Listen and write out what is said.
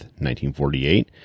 1948